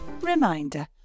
Reminder